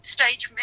stage